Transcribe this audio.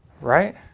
Right